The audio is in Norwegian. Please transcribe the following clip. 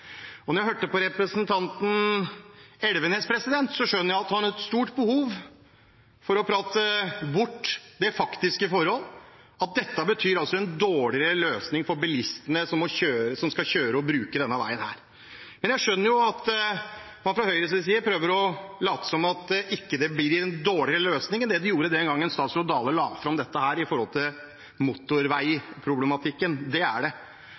Når jeg hører på representanten Elvenes, skjønner jeg at han har et stort behov for å prate bort det faktiske forhold at dette betyr en dårligere løsning for bilistene som skal kjøre på og bruke denne veien. Jeg skjønner at man fra Høyres side prøver å late som om det ikke blir en dårligere løsning enn det de gjorde den gang statsråd Dale la fram dette med motorveiproblematikken – men det er det. Så hører jeg at det blir sagt av mange representanter at ja, dette er et godt miljøprosjekt, så det